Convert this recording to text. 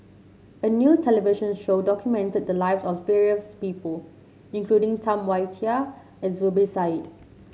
a new television show documented the lives of various people including Tam Wai Jia and Zubir Said